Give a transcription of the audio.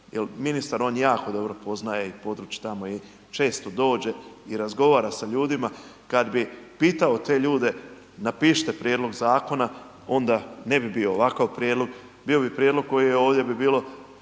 ministar on jako dobro poznaje i područje tamo i često dođe i razgovara sa ljudima. Kad bi pitao te ljude napišite prijedlog zakona onda ne bi bio ovakav prijedlog, bio bi prijedlog koji je ovdje bi bilo